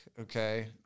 okay